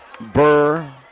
Burr